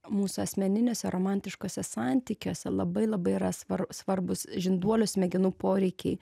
mūsų asmeniniuose romantiškuose santykiuose labai labai yra svar svarbūs žinduolio smegenų poreikiai